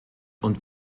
und